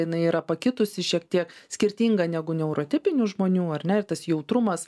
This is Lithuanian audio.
jinai yra pakitusi šiek tiek skirtinga negu neurotipinių žmonių ar ne ir tas jautrumas